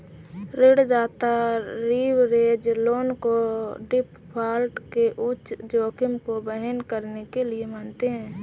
ऋणदाता leverage loan को default के उच्च जोखिम को वहन करने के लिए मानते हैं